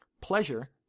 pleasure